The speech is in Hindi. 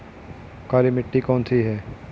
काली मिट्टी कौन सी है?